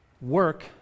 work